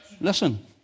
Listen